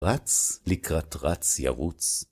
רץ לקראת רץ ירוץ.